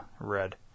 red